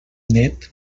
net